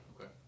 Okay